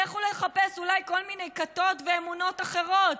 לכו לחפש אולי כל מיני כיתות ואמונות אחרות.